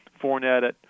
Fournette